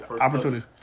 opportunities